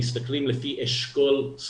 אני רוצה להבהיר -- כמה ילדים קיבלו בפועל?